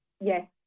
Yes